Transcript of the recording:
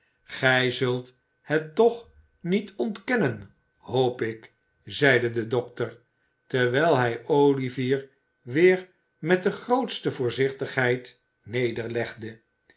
gij zult het toch niet ontkennen hoop ik zeide de dokter terwijl hij olivier weer met de grootste voorzichtigheid nederlegde